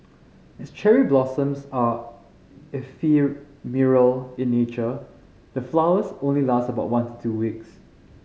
as cherry blossoms are ephemeral in nature the flowers only last about one to two weeks